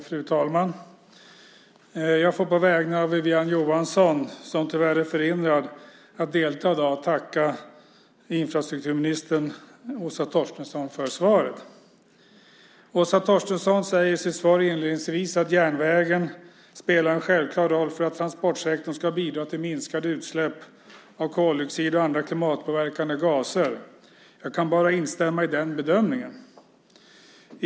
Fru talman! Jag får på vägnar av Wiwi-Anne Johansson, som tyvärr är förhindrad att delta i dag, tacka infrastrukturminister Åsa Torstensson för svaret. Åsa Torstensson säger i sitt svar inledningsvis att järnvägen spelar en självklar roll för att transportsektorn ska bidra till minskade utsläpp av koldioxid och andra klimatpåverkande gaser. Jag kan bara instämma i den bedömningen.